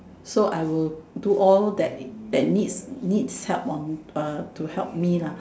so I will do all that needs needs help on uh to help me lah